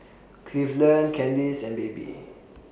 Cleveland Kandice and Baby